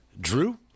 drew